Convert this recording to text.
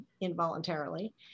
involuntarily